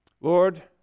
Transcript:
Lord